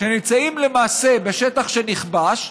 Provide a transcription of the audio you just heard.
שנמצאים למעשה בשטח שנכבש.